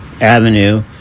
avenue